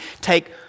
take